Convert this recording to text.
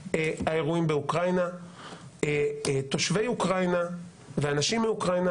האירועים באוקראינה תושבי אוקראינה ואנשים מאוקראינה